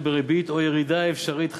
בריבית או ירידה אפשרית,